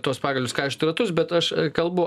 tuos pagalius kaišiot į ratus bet aš kalbu